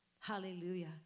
Hallelujah